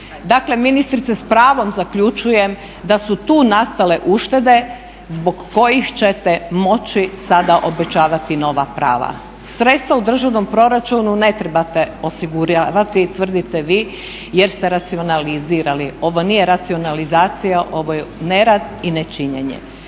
Dakle, ministrice s pravom zaključujem da su tu nastale uštede zbog kojih ćete moći sada obećavati nova prava. Sredstva u državnom proračunu ne trebate osiguravati, tvrdite vi, jer ste racionalizirali. Ovo nije racionalizacija, ovo je nerad i nečinjenje.